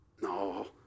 No